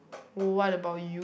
what about you